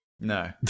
No